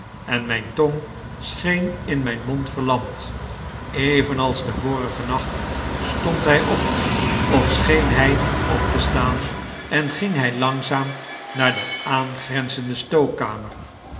en myne tong scheen in myn mond verlamd evenals den vorigen nacht stond hij op of scheen hij op te staan en ging hy langzaam naar de aangrenzende